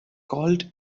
called